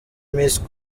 miss